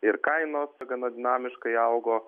ir kainos gana dinamiškai augo